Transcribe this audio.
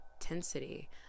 intensity